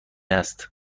است